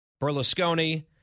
Berlusconi